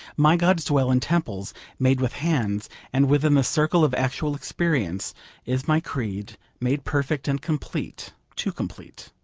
my gods dwell in temples made with hands and within the circle of actual experience is my creed made perfect and complete too complete,